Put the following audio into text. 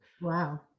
wow